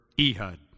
Ehud